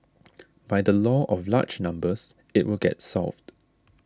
by the law of large numbers it will get solved